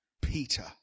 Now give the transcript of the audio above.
Peter